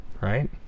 right